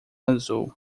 azul